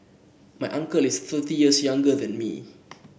my uncle is thirty years younger than me